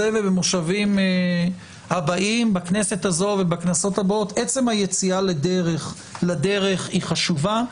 ובמושבים הבאים בכנסת הזו ובכנסות הבאות עצם היציאה לדרך היא חשובה.